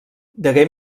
degué